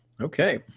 Okay